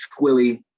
Squilly